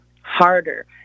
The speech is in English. harder